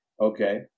okay